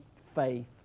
faith